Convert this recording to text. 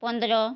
ପନ୍ଦର